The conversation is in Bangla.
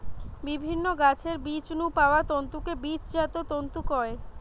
বিভিন্ন গাছের বীজ নু পাওয়া তন্তুকে বীজজাত তন্তু কয়